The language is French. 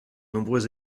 nombreux